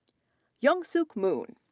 young suk moon,